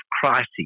crises